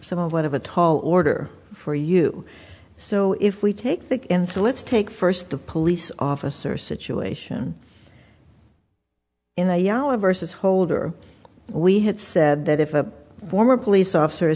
somewhat of a tall order for you so if we take that in so let's take first the police officer situation in iowa versus holder we had said that if a former police officer